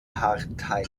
partei